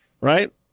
right